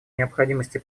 необходимости